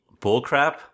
bullcrap